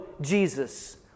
Jesus